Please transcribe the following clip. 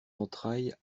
entrailles